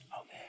Okay